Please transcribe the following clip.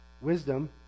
wisdom